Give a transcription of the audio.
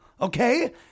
Okay